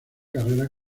carrera